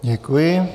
Děkuji.